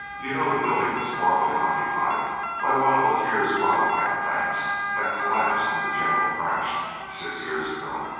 you know the building was formerly occupied by one of ophir's wildcat banks that collapsed in the general crash six years ago,